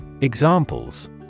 Examples